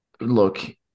Look